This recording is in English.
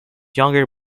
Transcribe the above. younger